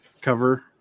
cover